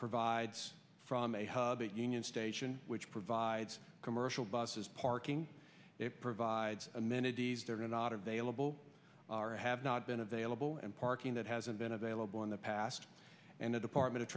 provides from a hub a union station which provides commercial buses parking it provides amenities they're not available have not been available and parking that hasn't been available in the past and the department of